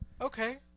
okay